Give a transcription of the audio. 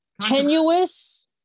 tenuous